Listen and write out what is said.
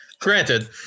granted